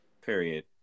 Period